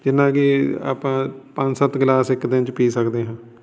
ਜਿੰਨਾ ਕੁ ਆਪਾਂ ਪੰਜ ਸੱਤ ਗਲਾਸ ਇੱਕ ਦਿਨ 'ਚ ਪੀ ਸਕਦੇ ਹਾਂ